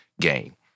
game